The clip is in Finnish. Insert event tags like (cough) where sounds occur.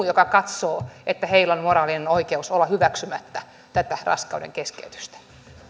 (unintelligible) joka katsoo että heillä on moraalinen oikeus olla hyväksymättä tätä raskaudenkeskeytystä